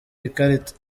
ikarita